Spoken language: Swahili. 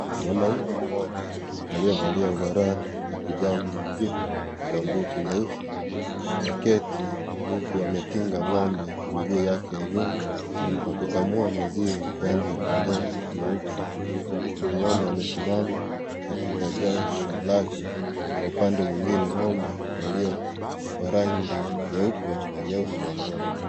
Mwanaume mmoja aliyevalia ovarali ya kijani hafifu na gambuti nyeusi aketi huku ametinga ngombe miguu yake ya nyuma na kukamua nmaziwa kuenda kwa ndoo nyeupe na ngombe amesimama katika jasho lake na upande mwingine ngombe walio wa rangi nyeupe na nyeusi wangoja.